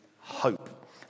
hope